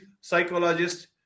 psychologist